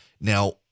Now